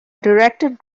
directed